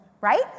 right